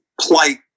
plight